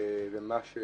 ומה שהוא